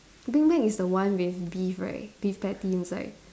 I think Mac is the one with beef right beef patty inside